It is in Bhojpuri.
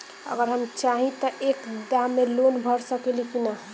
अगर हम चाहि त एक दा मे लोन भरा सकले की ना?